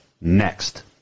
next